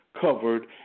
covered